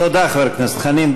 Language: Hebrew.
תודה, חבר הכנסת חנין.